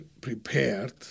prepared